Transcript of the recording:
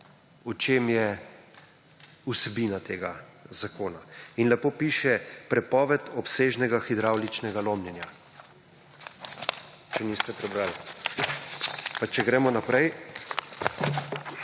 v čem je vsebina tega zakona. Lepo piše prepoved obsežnega hidravličnega lomljenja, če niste prebrali. Če gremo naprej.